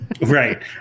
Right